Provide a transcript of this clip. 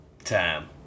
time